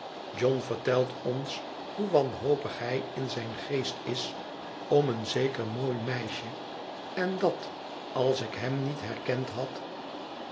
john vertelt ons hoe wanhopig hij in zijn geest is om een zeker mooi meisje en dat als ik hem niet herkend had